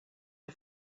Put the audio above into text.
the